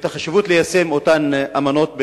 ואת החשיבות ביישום אותן אמנות בין-לאומיות.